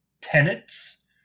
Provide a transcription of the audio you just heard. tenets